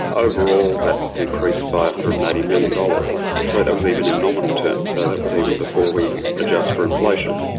overall that decreased by one hundred and eighty million dollars. so that was even in nominal terms, so that was even before we adjust for inflation.